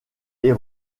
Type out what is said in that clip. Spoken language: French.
est